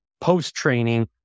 post-training